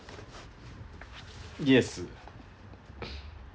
yes